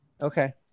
Okay